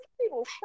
people